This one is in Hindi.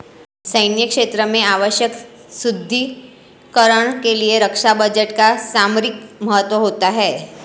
सैन्य क्षेत्र में आवश्यक सुदृढ़ीकरण के लिए रक्षा बजट का सामरिक महत्व होता है